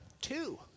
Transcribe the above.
Two